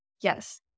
Yes